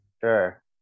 Sure